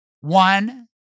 One